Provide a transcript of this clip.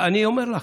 אני אומר לך,